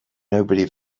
nobody